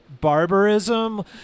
barbarism